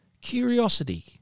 curiosity